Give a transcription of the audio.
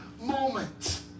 moment